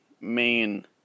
main